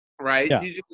right